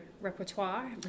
repertoire